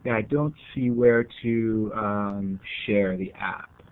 and i don't see where to share the app.